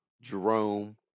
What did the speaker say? Jerome